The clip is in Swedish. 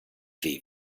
vid